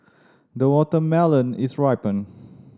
the watermelon is ripened